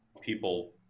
people